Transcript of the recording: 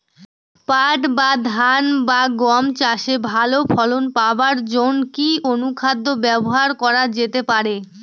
পাট বা ধান বা গম চাষে ভালো ফলন পাবার জন কি অনুখাদ্য ব্যবহার করা যেতে পারে?